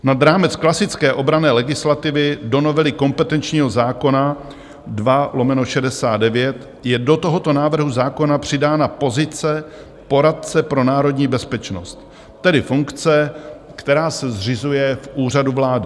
Nad rámec klasické obranné legislativy do novely kompetenčního zákona 2/69 je do tohoto návrhu zákona přidána pozice poradce pro národní bezpečnost, tedy funkce, která se zřizuje v Úřadu vlády.